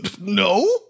no